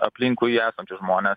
aplinkui esančius žmones